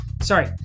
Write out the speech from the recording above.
Sorry